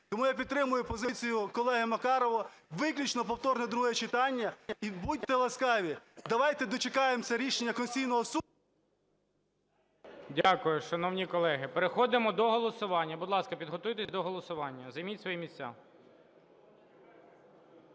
Тому я підтримую позицію колеги Макарова: виключно повторне друге читання. І, будьте ласкаві, давайте дочекаємося рішення Конституційного Суду… ГОЛОВУЮЧИЙ. Дякую, шановні колеги. Переходимо до голосування. Будь ласка, підготуйтесь до голосування, займіть свої місця.